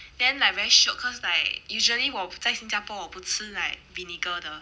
then like very shiok cause like usually 我不在新加坡我不吃 like vinegar 的